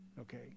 Okay